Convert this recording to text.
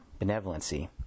benevolency